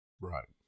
right